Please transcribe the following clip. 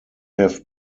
have